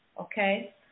Okay